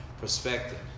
perspective